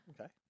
okay